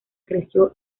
creció